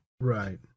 Right